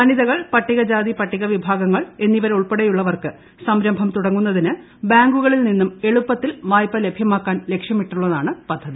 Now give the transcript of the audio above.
വനിതകൾ പട്ടികജാതി പട്ടിക വിഭാഗങ്ങൾ എന്നിവരുൾപ്പെടെയുള്ളവർക്ക് സംരംഭം തുടങ്ങുന്നതിന് ബാങ്കുകളിൽ നിന്നും എളുപ്പത്തിൽ വായ്പ ലഭ്യമാക്കാൻ ലക്ഷ്യമിട്ടാണ് പദ്ധതി